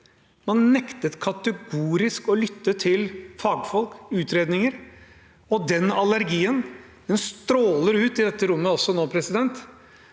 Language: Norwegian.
Man nektet kategorisk å lytte til fagfolk og utredninger, og den allergien stråler ut i dette rommet også nå. Hver gang